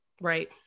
Right